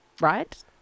Right